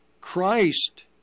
Christ